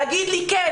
להגיד לי כן,